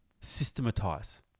systematize